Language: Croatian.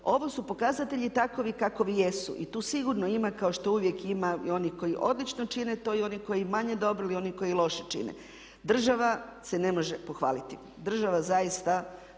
Ovo su pokazatelji takvi kakvi jesu i tu sigurno ima kao što uvijek ima i onih koji odlično čine to i oni koji manje dobro ili oni koji loše čine. Država se ne može pohvaliti, država zaista